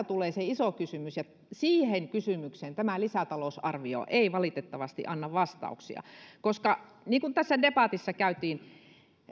tulee se iso kysymys ja siihen kysymykseen tämä lisätalousarvio ei valitettavasti anna vastauksia niin kuin tässä debatissa käytiin